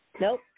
Nope